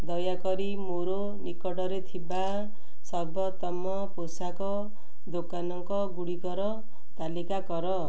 ଦୟାକରି ମୋର ନିକଟରେ ଥିବା ସର୍ବୋତ୍ତମ ପୋଷାକ ଦୋକାନଙ୍କ ଗୁଡ଼ିକର ତାଲିକା କର